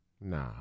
Nah